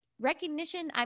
recognition –